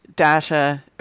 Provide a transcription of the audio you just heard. data